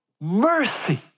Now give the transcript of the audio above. mercy